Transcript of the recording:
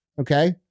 Okay